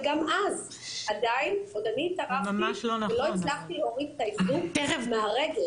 וגם אז עדיין עוד אני התערבתי ולא הצלחתי להוריד את האיזוק מהרגל,